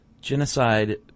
genocide